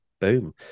boom